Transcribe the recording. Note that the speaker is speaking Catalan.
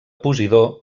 posidó